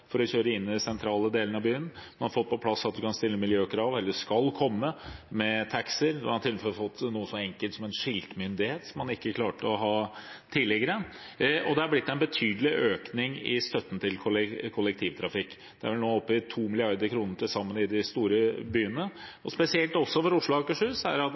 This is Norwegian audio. for å kjøre i sentrale deler av byen allerede med dagens lovverk. Man har fått på plass – det skal komme – at man kan stille miljøkrav for taxier. Man har også fått noe så enkelt som en skiltmyndighet, som man ikke hadde tidligere. Og det er blitt en betydelig økning i støtten til kollektivtrafikk; den er vel nå oppe i 2 mrd. kr til sammen i de store byene. Spesielt for Oslo og Akershus er det